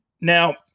Now